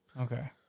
Okay